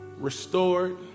restored